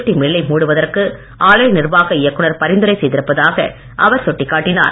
D மில்லை மூடுவதற்கு ஆலை நிர்வாக இயக்குனர் பரிந்துரை செய்திருப்பதாக அவர் சுட்டிக்காட்டினார்